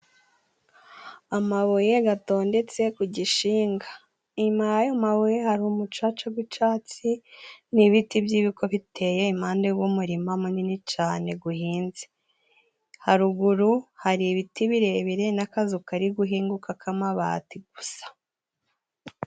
Amabuye gatondetse ku gishinga. Inyuma y'ayo mabuye hari umucaca gw'icatsi, n'ibiti by'ibiko biteye impande g'umurima munini cane guhinze. Haruguru hari ibiti birebire n'akazu kari guhinguka k'amabati gusa.